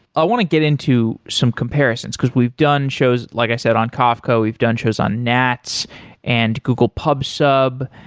i want to get into some comparisons, because we've done shows, like i said on kafka, we've done shows on nats and google pub sub.